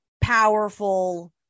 powerful